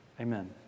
Amen